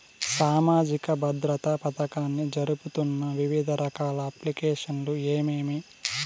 సామాజిక భద్రత పథకాన్ని జరుపుతున్న వివిధ రకాల అప్లికేషన్లు ఏమేమి?